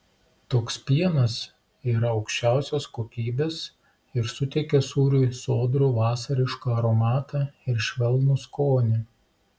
toks pienas yra aukščiausios kokybės ir suteikia sūriui sodrų vasarišką aromatą ir švelnų skonį